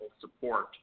support